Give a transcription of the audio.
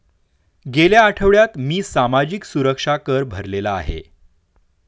गेल्या आठवड्यात मी सामाजिक सुरक्षा कर भरलेला आहे